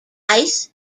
ice